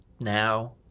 now